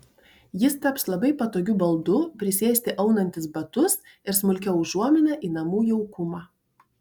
jis taps labai patogiu baldu prisėsti aunantis batus ir smulkia užuomina į namų jaukumą